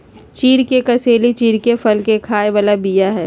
चिढ़ के कसेली चिढ़के फल के खाय बला बीया हई